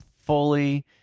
fully